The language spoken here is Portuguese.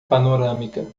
panorâmica